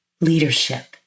leadership